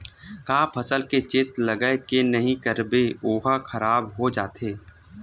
का फसल के चेत लगय के नहीं करबे ओहा खराब हो जाथे?